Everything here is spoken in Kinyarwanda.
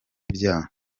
ibyaha